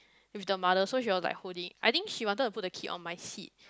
with the mother so she was like holding I think she wanted to put the kid on my seat